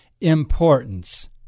importance